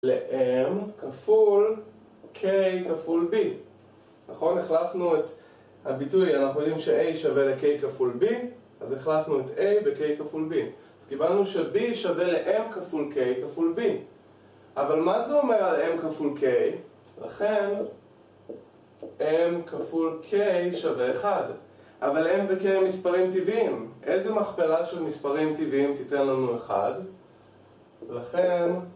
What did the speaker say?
ל-m כפול k כפול b נכון? החלפנו את הביטוי אנחנו יודעים ש-a שווה ל-k כפול b אז החלפנו את a ב-k כפול b אז קיבלנו ש-b שווה ל-m כפול k כפול b אבל מה זה אומר על m כפול k? לכן, m כפול k שווה 1 אבל m ו-k הם מספרים טבעיים איזה מכפלה של מספרים טבעיים תיתן לנו 1? לכן...